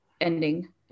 ending